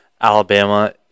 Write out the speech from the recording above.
Alabama